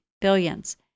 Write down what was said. billions